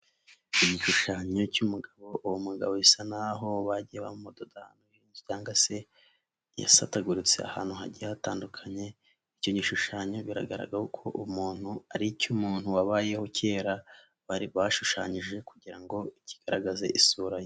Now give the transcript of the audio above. Igishushanyo cy'umugabo, uwo mugabo bisa n'aho bajya bamudoda cyangwa se yasataguritse ahantu hagiye hatandukanye, icyo gishushanyo biragaragara ko umuntu ari icy'umuntu wabayeho kera bashushanyije kugira ngo kigaragaze isura ye.